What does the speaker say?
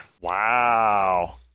Wow